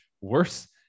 worse